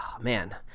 man